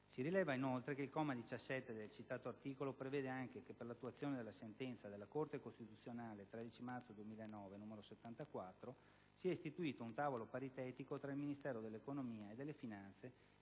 Si rileva inoltre che il comma 17 del citato articolo prevede anche che per l'attuazione della sentenza della Corte costituzionale 13 marzo 2009, n. 74, sia istituito un tavolo paritetico tra il Ministero dell'economia e delle finanze